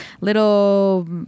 little